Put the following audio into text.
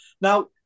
Now